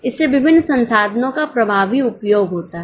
इसलिए विभिन्न संसाधनों का प्रभावी उपयोग होता है